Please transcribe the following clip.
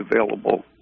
available